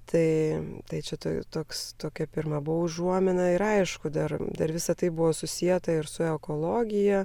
tai tai čia tu toks tokia pirma buvo užuomina ir aišku dar dar visa tai buvo susieta ir su ekologija